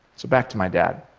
so back to my dad.